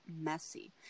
messy